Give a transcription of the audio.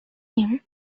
him